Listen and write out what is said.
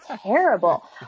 terrible